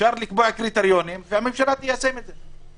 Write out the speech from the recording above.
אפשר לקבוע קריטריונים, והממשלה תיישם את זה.